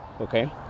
Okay